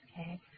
Okay